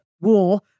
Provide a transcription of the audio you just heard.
war